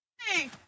Hey